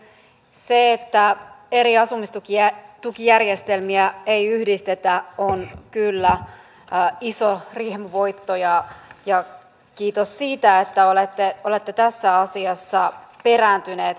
se että eri asumistukijärjestelmiä ei yhdistetä on kyllä iso riemuvoitto ja kiitos siitä että olette tässä asiassa perääntyneet